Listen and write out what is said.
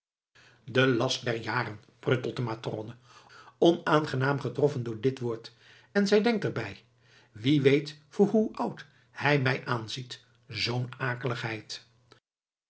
de last der jaren pruttelt de matrone onaangenaam getroffen door dit woord en zij denkt er bij wie weet voor hoe oud hij mij aanziet zoo'n akeligheid